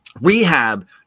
rehab